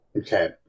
Okay